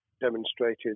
demonstrated